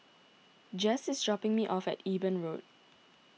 Jess is dropping me off at Eben Road